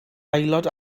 aelod